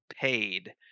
paid –